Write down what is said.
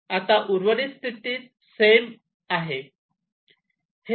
आता उर्वरित स्थिती सेम आहे